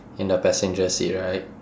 in the passenger seat right